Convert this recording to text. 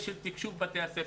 הנוסף נושא תקשוב בתי הספר.